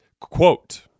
Quote